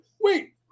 Wait